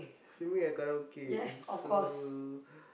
singing at karaoke so